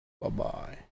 Bye-bye